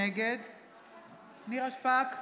נגד נירה שפק,